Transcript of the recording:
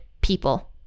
people